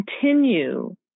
continue